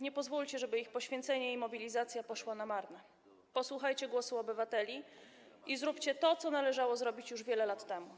Nie pozwólcie, żeby ich poświęcenie i mobilizacja poszły na marne, posłuchajcie głosu obywateli i zróbcie to, co należało zrobić już wiele lat temu.